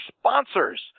sponsors